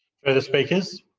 further speakers?